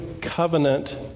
covenant